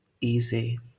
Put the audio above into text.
easy